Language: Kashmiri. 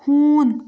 ہوٗن